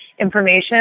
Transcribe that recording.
information